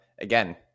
again